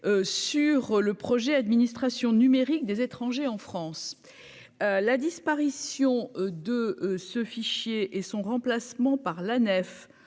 sur le projet administration numérique des étrangers en France, la disparition de ce fichier, et son remplacement par la